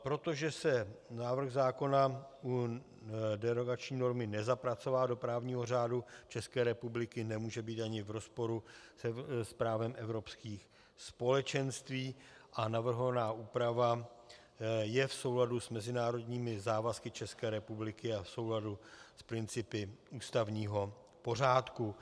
Protože se návrh zákona u derogační normy nezapracovává do právního řádu České republiky, nemůže být ani v rozporu s právem Evropských společenství a navrhovaná úprava je v souladu s mezinárodními závazky České republiky a v souladu s principy ústavního pořádku.